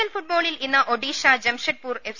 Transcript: L ഫുട്ബോളിൽ ഇന്ന് Odisha Jamshedpur F